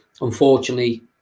unfortunately